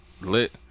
lit